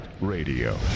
Radio